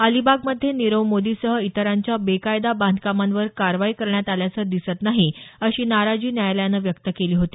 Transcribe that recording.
अलिबागमध्ये नीरव मोदीसह इतरांच्या बेकायदा बांधकामांवर कारवाई करण्यात आल्याचं दिसत नाही अशी नाराजी न्यायालयानं व्यक्त केली होती